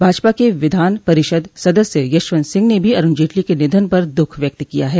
भाजपा के विधान परिषद सदस्य यशवन्त सिंह ने भी अरूण जेटली के निधन पर दुःख व्यक्त किया है